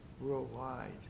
worldwide